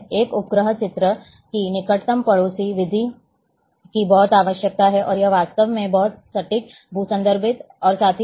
एक उपग्रह चित्र की निकटतम पड़ोसी विधि की बहुत आवश्यकता है और यह वास्तव में बहुत ही सटीक भू संदर्भित और साथ ही साथ